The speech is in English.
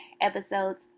episodes